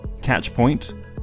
Catchpoint